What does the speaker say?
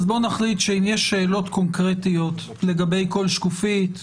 נחליט שאם יש שאלות קונקרטיות לגבי כל שקופית,